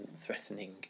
threatening